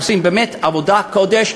עושים באמת עבודת קודש.